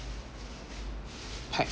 hack